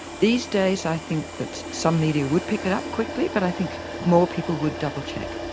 these days i think that some media would pick it up quickly but i think more people would double check.